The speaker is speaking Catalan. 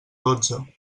dotze